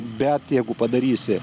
bet jeigu padarysi